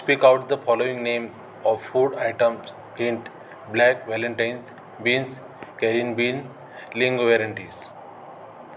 speak out the following name of food items print black valentines beans careen bean लिंगोवॅरंटीज